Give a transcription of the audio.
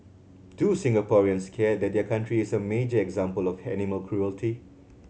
do Singaporeans care that their country is a major example of animal cruelty